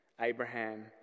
Abraham